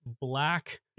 black